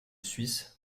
suisse